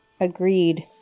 Agreed